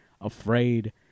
afraid